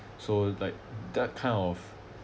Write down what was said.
so like that kind of